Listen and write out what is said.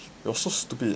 it was so stupid